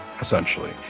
essentially